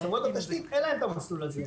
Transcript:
חברות התשתית אין להן את המסלול הזה,